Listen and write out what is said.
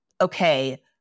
okay